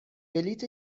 بلیط